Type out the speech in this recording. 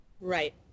right